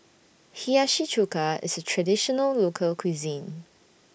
Hiyashi Chuka IS A Traditional Local Cuisine